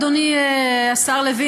אדוני השר לוין,